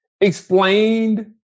explained